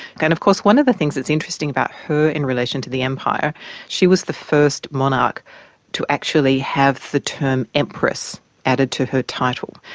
kind of course one of the things that's interesting about her in relation to the empire she was the first monarch to actually have the term empress added to her title.